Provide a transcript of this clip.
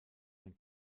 ein